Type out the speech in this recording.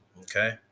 Okay